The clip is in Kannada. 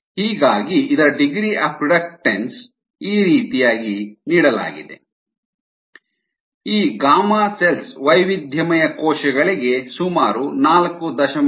ಹೀಗಾಗಿ ಇದರ ಡಿಗ್ರೀ ಆಫ್ ರಿಡಕ್ಟನ್ಸ್ ತಲಾಧಾರ 4 x 1 x ಕೋಶಗಳು 4 a ಈ Γcells ವೈವಿಧ್ಯಮಯ ಕೋಶಗಳಿಗೆ ಸುಮಾರು 4